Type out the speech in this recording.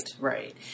right